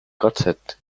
katset